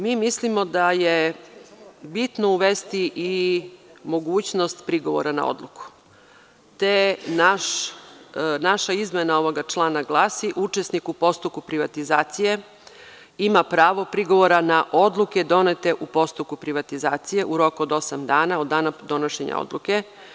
Mi mislimo da je bitno uvesti i mogućnost prigovora na odluku, te naša izmena ovog člana glasi: „Učesnik u postupku privatizacije ima pravo prigovora na odluke donete u postupku privatizacije u roku od osam dana od dana donošenje odluke.